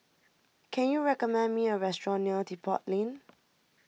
can you recommend me a restaurant near Depot Lane